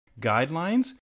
guidelines